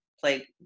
play